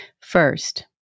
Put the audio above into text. First